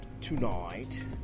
tonight